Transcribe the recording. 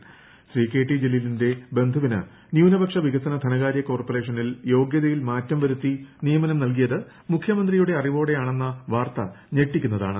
മന്ത്രി കെടി ജലീലിന്റെ ബന്ധുവിന് ന്യൂനപക്ഷ വിക്സന ധനകാര്യ കോർപ്പറേഷനിൽ യോഗൃതയിൽ മാറ്റം വരുത്തി നിയമനം നൽകിയത് മുഖ്യമന്ത്രിയുടെ അറിവോടെയാണെ വാർത്ത ഞെട്ടിക്കുന്നതാണ്